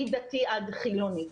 מדתי עד חילוני.